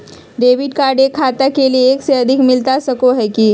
Debit card एक खाता के लिए एक से अधिक मिलता सको है की?